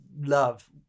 love